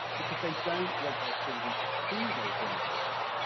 because they don't want their children to see those images,